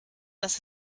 dass